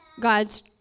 God's